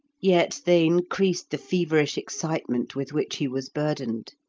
yet they increased the feverish excitement with which he was burdened.